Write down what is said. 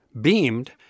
beamed